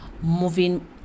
moving